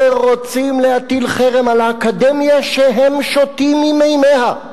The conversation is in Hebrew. שרוצים להטיל חרם על האקדמיה שהם שותים ממימיה.